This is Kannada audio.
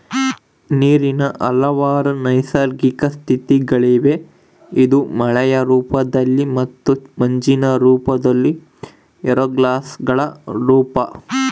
ನೀರಿನ ಹಲವಾರು ನೈಸರ್ಗಿಕ ಸ್ಥಿತಿಗಳಿವೆ ಇದು ಮಳೆಯ ರೂಪದಲ್ಲಿ ಮತ್ತು ಮಂಜಿನ ರೂಪದಲ್ಲಿ ಏರೋಸಾಲ್ಗಳ ರೂಪ